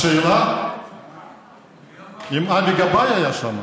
השאלה אם אבי גבאי היה שם.